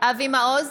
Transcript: אבי מעוז,